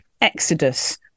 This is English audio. exodus